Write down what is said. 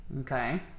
okay